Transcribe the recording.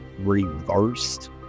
reversed